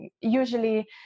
usually